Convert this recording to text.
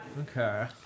Okay